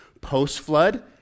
Post-flood